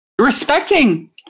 Respecting